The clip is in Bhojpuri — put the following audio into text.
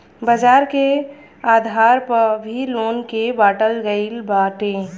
बाजार के आधार पअ भी लोन के बाटल गईल बाटे